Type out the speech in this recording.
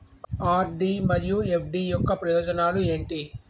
RD మరియు FD యొక్క ప్రయోజనాలు ఏంటి?